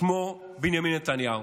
שמו בנימין נתניהו,